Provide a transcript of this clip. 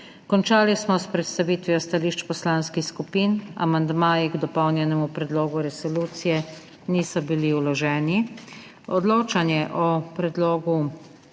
Končali smo s predstavitvijo stališč poslanskih skupin. Amandmaji k dopolnjenemu predlogu resolucije niso bili vloženi. Odločanje o predlogu